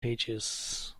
pages